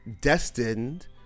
destined